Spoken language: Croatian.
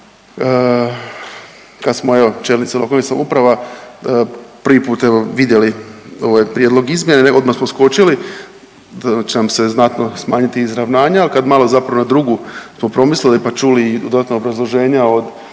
kad smo evo čelnici lokalnih samouprava prvi put evo vidjeli ovaj prijedlog izmjene odmah smo skočili, da će nam se znatno smanjiti izravnanje, ali kad malo zapravo na drugu smo promislili pa čuli i dodatna obrazloženja od